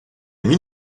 mines